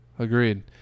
Agreed